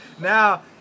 now